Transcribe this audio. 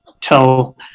tell